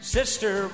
Sister